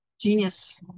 Genius